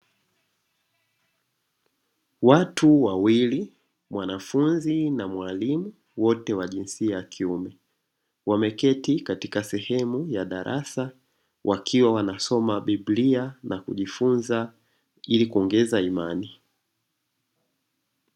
Watu wawili mwanafunzi na mwalimu wote wa jinsia wakiume, wameketi katika sehemu ya darasa wakiwa wanasoma biblia na kujifunza ili kuongeza imani.